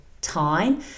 time